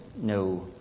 no